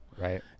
Right